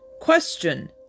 Question